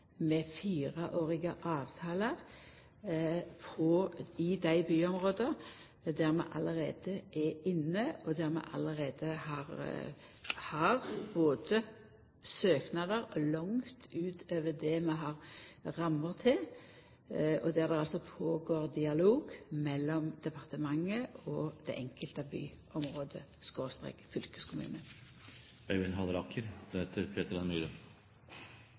med fireårige avtalar i dei byområda der vi allereie er inne, og der vi allereie har søknader langt utover det vi har rammer til, og der det er ein dialog mellom departementet og det enkelte